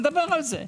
נדבר על זה.